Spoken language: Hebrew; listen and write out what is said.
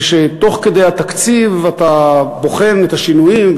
ותוך כדי התקציב אתה בוחן את השינויים,